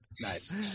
Nice